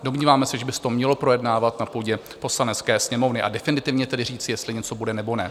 Domníváme se, že by se to mělo projednávat na půdě Poslanecké sněmovny, a definitivně tedy říct, jestli něco bude, nebo ne.